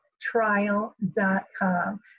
Trial.com